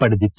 ಪಡೆದಿತ್ತು